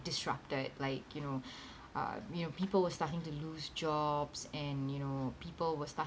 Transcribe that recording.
disrupted like you know uh you know people were starting to lose jobs and you know people were starting